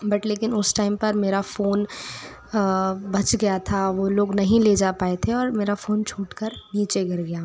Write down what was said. but लेकिन उस time पर मेरा फ़ोन बच गया था वो लोग नहीं ले जा पाए थे और मेरा फ़ोन छूट कर नीचे गिर गया